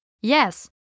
Yes